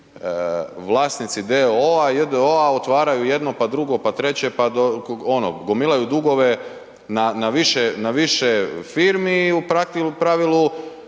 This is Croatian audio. d.o.o., j.d.o. otvaraju jedno pa drugo, pa treće, pa ono gomilaju dugove na više firmi i u pravilu